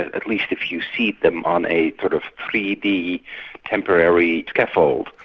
at at least if you seed them on a sort of three d temporary scaffold.